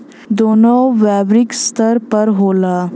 दोनों वैश्विक स्तर पर होला